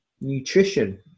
nutrition